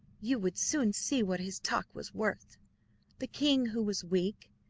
you would soon see what his talk was worth the king, who was weak,